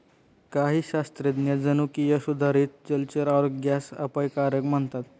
काही शास्त्रज्ञ जनुकीय सुधारित जलचर आरोग्यास अपायकारक मानतात